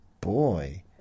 boy